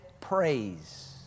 praise